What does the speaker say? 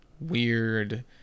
weird